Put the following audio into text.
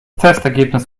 testergebnis